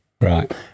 Right